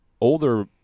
older